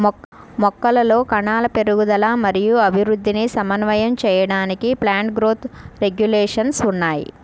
మొక్కలలో కణాల పెరుగుదల మరియు అభివృద్ధిని సమన్వయం చేయడానికి ప్లాంట్ గ్రోత్ రెగ్యులేషన్స్ ఉన్నాయి